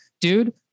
dude